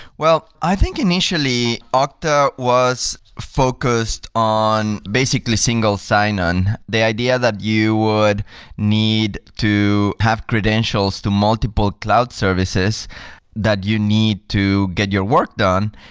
well, i think initially ah okta was focused on basically single sign on. the idea that you would need to have credentials to multiple cloud services that you need to get your work done,